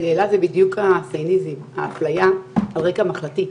יערה, זה בדיוק הסייניזם, האפליה על רקע מחלתי.